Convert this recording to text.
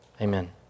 Amen